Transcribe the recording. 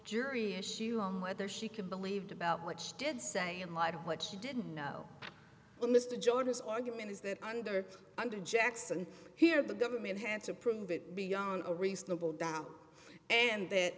jury issue whether she can believed about what she did say in light of what she didn't know when mr george's argument is that under under jackson here the government had to prove it beyond a reasonable doubt and that